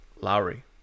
Lowry